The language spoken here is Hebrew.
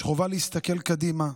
יש חובה להסתכל קדימה,